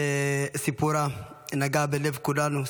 שסיפורה הכואב והקשה נגע בלב כולנו.